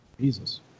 Jesus